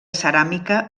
ceràmica